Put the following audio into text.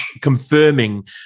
confirming